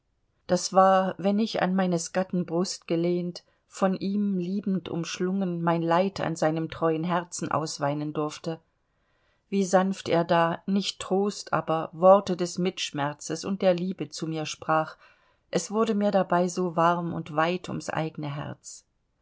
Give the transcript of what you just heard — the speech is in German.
das war wenn ich an meines gatten brust gelehnt von ihm liebend umschlungen mein leid an seinem treuen herzen ausweinen durfte wie sanft er da nicht trost aber worte des mitschmerzes und der liebe zu mir sprach es wurde mir dabei so warm und weit ums eigene herz